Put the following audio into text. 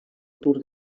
tour